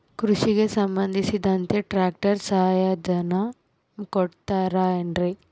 ಕೃಷಿಗೆ ಸಂಬಂಧಿಸಿದಂತೆ ಟ್ರ್ಯಾಕ್ಟರ್ ಸಹಾಯಧನ ಕೊಡುತ್ತಾರೆ ಏನ್ರಿ?